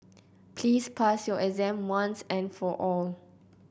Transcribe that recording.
please pass your exam once and for all